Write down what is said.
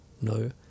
No